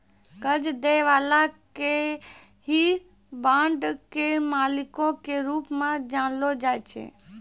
कर्जा दै बाला के ही बांड के मालिको के रूप मे जानलो जाय छै